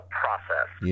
process